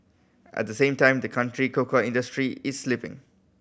at the same time the country cocoa industry is slipping